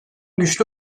güçlü